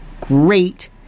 great